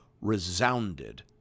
resounded